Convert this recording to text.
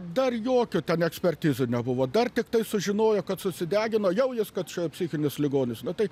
dar jokių ten ekspertizių nebuvo dar tiktai sužinojo kad susidegino jau jis kad čia psichinis ligonis na tai